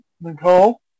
Nicole